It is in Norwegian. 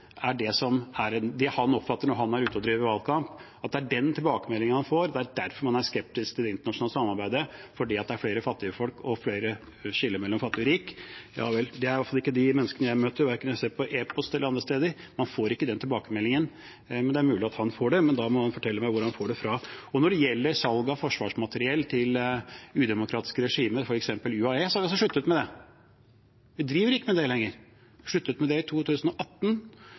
oppfatter når han er ute og driver valgkamp, at det er den tilbakemeldingen han får, og at det er derfor man er skeptisk til det internasjonale samarbeidet, fordi det er flere fattige og større skille mellom fattig og rik, så ja vel. Det er i hvert fall ikke de menneskene jeg møter, verken via e-post eller andre steder. Man får ikke den tilbakemeldingen. Det er mulig at han får den, men da må han fortelle meg hvor han får den fra. Når det gjelder salg av forsvarsmateriell til udemokratiske regimer, f.eks. UAE, så har vi altså sluttet med det. Vi driver ikke med det lenger. Vi sluttet med det i 2018.